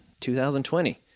2020